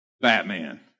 Batman